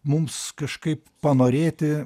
mums kažkaip panorėti